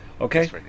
Okay